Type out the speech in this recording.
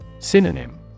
Synonym